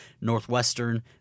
Northwestern